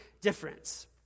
difference